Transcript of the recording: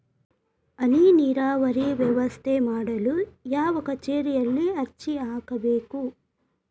ಹನಿ ನೇರಾವರಿ ವ್ಯವಸ್ಥೆ ಮಾಡಲು ಯಾವ ಕಚೇರಿಯಲ್ಲಿ ಅರ್ಜಿ ಹಾಕಬೇಕು?